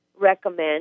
recommend